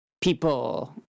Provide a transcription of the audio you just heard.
people